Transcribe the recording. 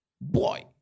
Boy